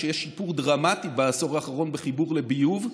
שיש שיפור דרמטי בעשור האחרון בחיבור לביוב.